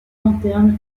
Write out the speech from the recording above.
lanterne